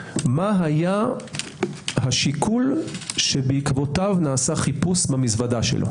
מה היה השיקול שבעקבותיו נעשה חיפוש במזוודה שלו?